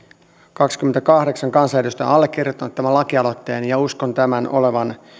kaksikymmentäkahdeksan kansanedustajaa on allekirjoittanut tämän lakialoitteen ja uskon tämän olevan